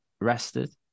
rested